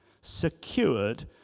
secured